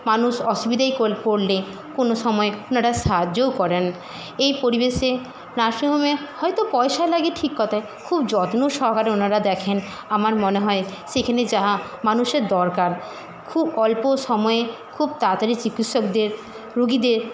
মানুষ অসুবিধায় পড়লে কোনো সময় এনারা সাহায্যও করেন এই পরিবেশে নার্সিং হোমে হয়তো পয়সা লাগে ঠিক কথাই খুব যত্ন সহকারে ওনারা দেখেন আমার মনে হয় সেখানে যাওয়া মানুষের দরকার খুব অল্প সময়ে খুব তাড়াতাড়ি চিকিৎসকদের রুগীদের